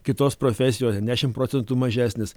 kitos profesijos dešimt procentų mažesnis